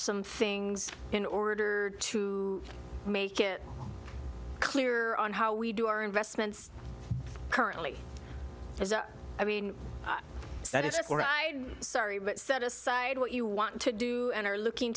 some things in order to make it clear on how we do our investments currently i mean that it's sorry but set aside what you want to do and are looking